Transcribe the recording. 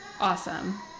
awesome